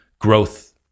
growth